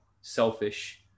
selfish